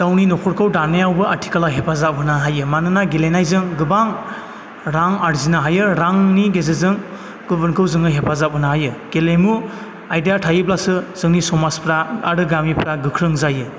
गावनि नखरखौ दानायावबो आथिखालाव हेफाजाब होनो हायो मानोना गेलेनायजों गोबां रां आरजिनो हायो रांनि गेजेरजों गुबुनखौ जोङो हेफाजाब होनो हायो गेलेमु आयदाया थायोब्लासो जोंनि समाजफ्रा आरो गामिफ्रा गोख्रों जायो